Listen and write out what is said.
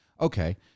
Okay